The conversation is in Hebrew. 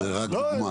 זה רק דוגמה.